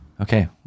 Okay